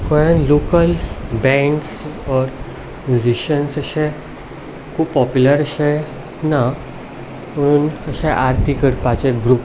गोंयांत local bands or musicians अशे खूब पोप्यूलर अशे ना पुणून अशे आरती करपाचे ग्रूप